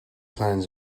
plans